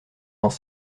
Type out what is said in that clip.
dans